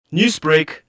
Newsbreak